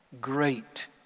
great